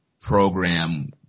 program